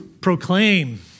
proclaim